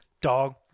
Dog